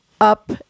up